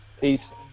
Peace